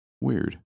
Weird